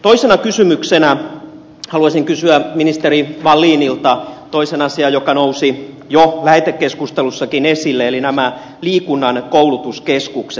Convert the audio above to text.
toisena kysymyksenä haluaisin kysyä ministeri wallinilta toisen asian joka nousi jo lähetekeskustelussakin esille eli nämä liikunnan koulutuskeskukset